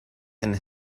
and